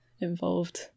involved